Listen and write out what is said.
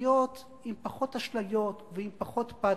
להיות עם פחות אשליות, עם פחות פתוס,